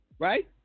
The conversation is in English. Right